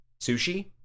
Sushi